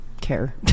care